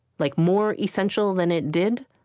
like more essential than it did,